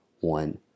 one